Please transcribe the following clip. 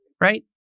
right